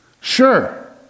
Sure